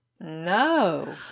no